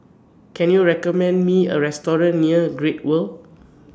Can YOU recommend Me A Restaurant near Great World